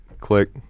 Click